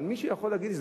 אבל מישהו יכול להגיד,